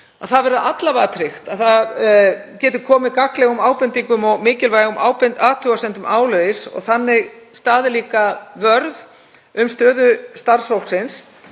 og það verði alla vega tryggt að það geti komið gagnlegum ábendingum og mikilvægum athugasemdum áleiðis og þannig staðið vörð um stöðu starfsfólksins